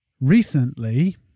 recently